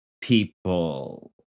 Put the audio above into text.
people